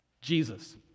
Jesus